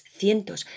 cientos